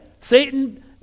Satan